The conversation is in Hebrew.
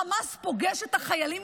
חמאס פוגש את החיילים,